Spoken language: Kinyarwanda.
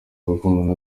rukundo